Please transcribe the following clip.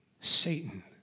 Satan